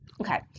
Okay